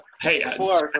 Hey